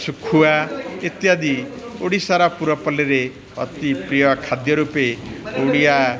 ଶୁଖୁଆ ଇତ୍ୟାଦି ଓଡ଼ିଶାର ପୂରପଲ୍ଲୀରେ ଅତିପ୍ରିୟ ଖାଦ୍ୟ ରୂପେ ଓଡ଼ିଆ